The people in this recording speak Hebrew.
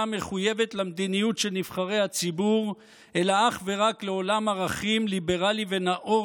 מחויבת למדיניות של נבחרי הציבור אלא אך ורק לעולם ערכים ליברלי ונאור,